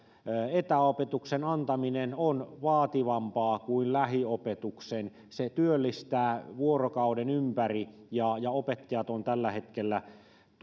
etäopetuksen antaminen on vaativampaa kuin lähiopetuksen se työllistää vuorokauden ympäri ja ja opettajat ovat tällä hetkellä